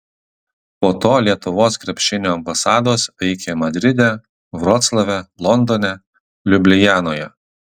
po to lietuvos krepšinio ambasados veikė madride vroclave londone liublianoje